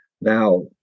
Now